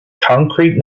concrete